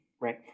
Right